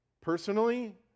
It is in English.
personally